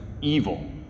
evil